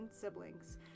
siblings